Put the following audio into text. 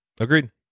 Agreed